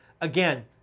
Again